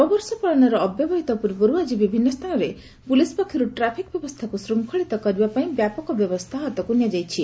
ନବବର୍ଷ ପାଳନର ଅବ୍ୟବହିତ ପୂର୍ବରୁ ଆଜି ବିଭିନ୍ନ ସ୍ଥାନରେ ପୁଲିସ୍ ପକ୍ଷରୁ ଟ୍ରାଫିକ୍ ବ୍ୟବସ୍ଥାକୁ ଶୃଙ୍ଖଳିତ କରିବା ପାଇଁ ବ୍ୟାପକ ବ୍ୟବସ୍ଥା ହାତକୁ ନିଆଯାଇଛି